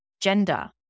gender